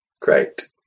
Great